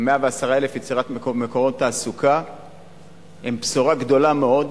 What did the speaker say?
110,000, היא בשורה גדולה מאוד